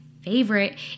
favorite